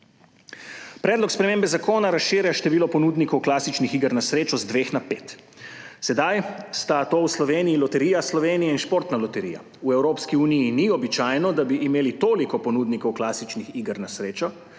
Predlog spremembe zakona razširja število ponudnikov klasičnih iger na srečo iz dveh na pet. Sedaj sta to v Sloveniji Loterija Slovenije in Športna loterija. V Evropski uniji ni običajno, da bi imeli toliko ponudnikov klasičnih iger na srečo.